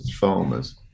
farmers